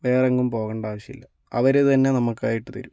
വേറെ എങ്ങും പോകേണ്ട ആവശ്യല്ല അവർ തന്നെ നമുക്കായിട്ട് തരും